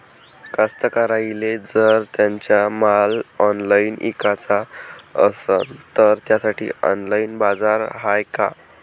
कास्तकाराइले जर त्यांचा माल ऑनलाइन इकाचा असन तर त्यासाठी ऑनलाइन बाजार हाय का?